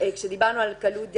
כשדיברנו על קלות דעת,